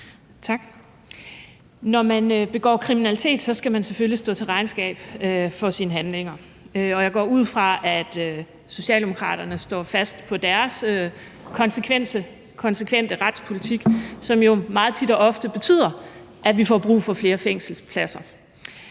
Når man begår kriminalitet, skal man selvfølgelig stå til regnskab for sine handlinger, og jeg går ud fra, at Socialdemokraterne står fast på deres konsekvente retspolitik, som jo meget tit og ofte betyder, at vi får brug for flere fængselspladser.